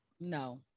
no